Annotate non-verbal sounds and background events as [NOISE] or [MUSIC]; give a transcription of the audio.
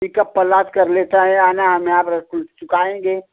pick up पर लाद कर लेता है आने आना अब [UNINTELLIGIBLE] चुकाएँगे